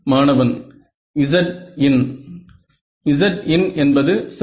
மாணவன் Zin Zin என்பது சரி